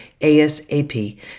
ASAP